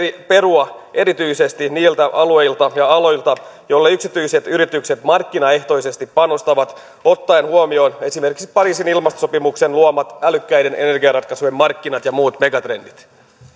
perua erityisesti niiltä alueilta ja aloilta joille yksityiset yritykset markkinaehtoisesti panostavat ottaen huomioon esimerkiksi pariisin ilmastosopimuksen luomat älykkäiden energiaratkaisujen markkinat ja muut megatrendit